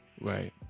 Right